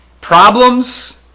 Problems